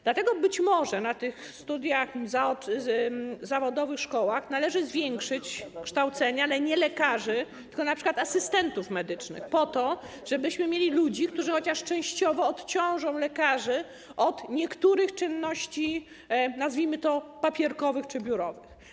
Dlatego być może na studiach w wyższych szkołach zawodowych należy zwiększyć kształcenie nie lekarzy, tylko np. asystentów medycznych, po to żebyśmy mieli ludzi, którzy chociaż częściowo odciążą lekarzy od niektórych czynności, nazwijmy je papierkowymi czy biurowymi.